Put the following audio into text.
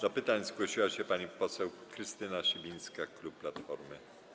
Do pytań zgłosiła się pani poseł Krystyna Sibińska, klub Platformy.